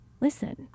listen